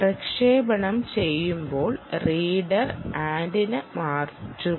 പ്രക്ഷേപണം ചെയ്യുമ്പോൾ reader antenna മാറ്റുക